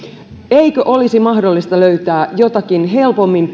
eikö olisi mahdollista löytää joitakin perustuslakitulkinnasta helpommin